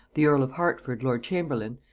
the earl of hertford lord-chamberlain,